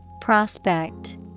Prospect